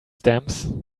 stamps